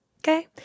okay